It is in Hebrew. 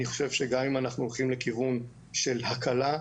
אני חושב שגם אם אנחנו הולכים לכיוון של הקלה,